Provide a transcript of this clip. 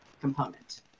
component